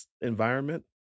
environment